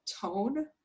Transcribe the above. tone